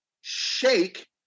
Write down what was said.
shake